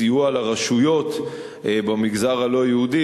לסיוע לרשויות במגזר הלא-יהודי,